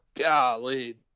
Golly